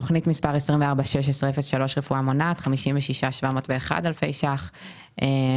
בתכנית מס' 241603 לרפואת מונעת יש 56,701 אלפי ₪ לתכנית